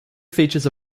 features